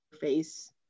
face